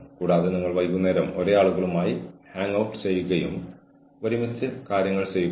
തുടർന്ന് ഇതുപോലുള്ള എന്തെങ്കിലും കണ്ടെത്തിയാൽ അതിന്റെ ആവശ്യകത തിരുത്തൽ നടപടി ശിക്ഷ എന്നിവയെക്കുറിച്ച് ഒരാൾ രഹസ്യാത്മകത പാലിക്കേണ്ടതുണ്ട്